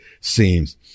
seems